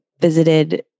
visited